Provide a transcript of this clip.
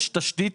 יש תשתית